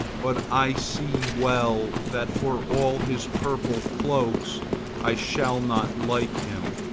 but i see well that for all his purple cloaks i shall not like him,